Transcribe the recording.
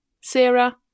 Sarah